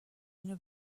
اینو